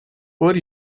por